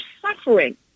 suffering